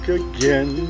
again